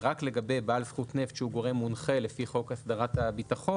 ורק לגבי בעל זכות נפט שהוא גורם מונחה לפי חוק הסדרת הביטחון,